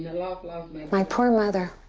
my poor mother.